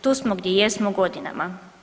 Tu smo gdje jesmo godinama.